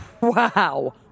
Wow